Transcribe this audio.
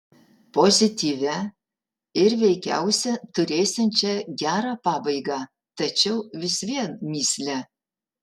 pozityvia ir veikiausia turėsiančia gerą pabaigą tačiau vis vien mįsle